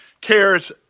cares